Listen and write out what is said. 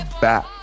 back